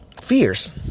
fears